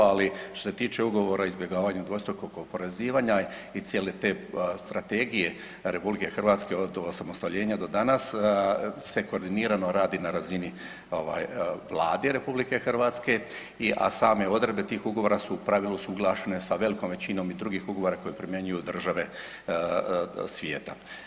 Ali što se tiče ugovora o izbjegavanju dvostrukog oporezivanja i cijele te strategije RH od samostaljenja do danas se koordinirano radi na razini ovaj Vlade RH, a same odredbe tih ugovora su u pravilu usuglašene sa velikom većinom i drugih ugovora koje primjenjuju države svijeta.